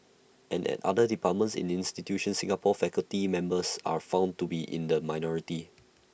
and at other departments and institutions Singaporean faculty members are found to be in the minority